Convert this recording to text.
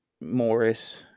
Morris